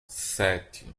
sete